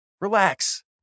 Relax